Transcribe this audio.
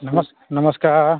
नमस नमस्कार